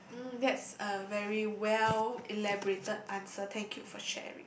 mm that's a very well elaborated answer thank you for sharing